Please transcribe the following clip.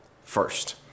first